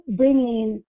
bringing